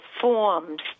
forms